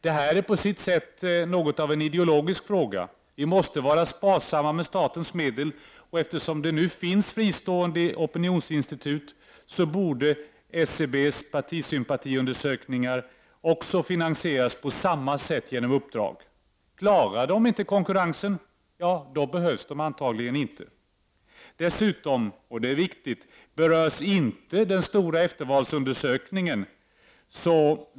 Det här är också på sitt sätt en ideologisk fråga. Vi måste vara sparsamma med statens medel. Eftersom det också finns fristående opinionsinstitut borde SCB:s partisympatiundersökningar finansieras på samma sätt genom uppdrag. Klarar de inte konkurrensen, behövs de antagligen inte. Dessutom, och det är viktigt, berörs inte den stora eftervalsundersökningen.